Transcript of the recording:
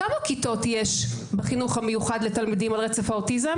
כמה כיתות יש בחינוך המיוחד לתלמידים על רצף האוטיזם?